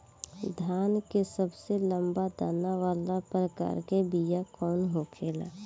धान के सबसे लंबा दाना वाला प्रकार के बीया कौन होखेला?